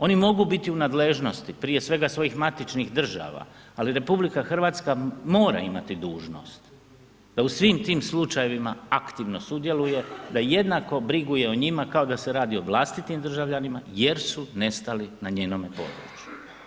Oni mogu biti u nadležnosti prije svega svojih matičnih država ali RH mora imati dužnost da u svim tim slučajevima aktivno sudjeluje, da jednako briguje o njima kao da se radi o vlastitim državljanima jer su nestali na njenom području.